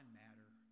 matter